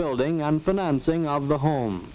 building and financing of the home